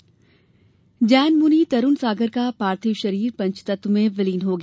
तरूण सागर जैन मुनि तरुण सागर का पार्थिव शरीर पंचतत्व में विलिन हो गया